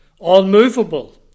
unmovable